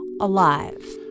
alive